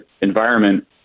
environment